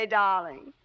darling